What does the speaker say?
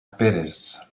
pérez